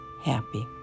happy